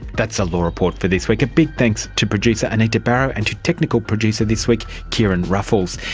that's the law report for this weeka big thanks to producer anita barraud and to technical producer this week. kieran ruffles.